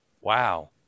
Wow